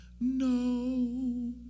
No